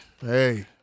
Hey